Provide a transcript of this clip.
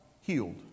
healed